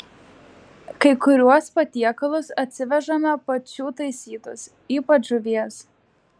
kai kuriuos patiekalus atsivežame pačių taisytus ypač žuvies